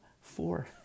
four